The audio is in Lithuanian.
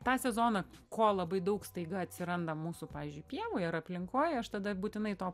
tą sezoną ko labai daug staiga atsiranda mūsų pavyzdžiui pievoj ar aplinkoj aš tada būtinai to